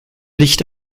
licht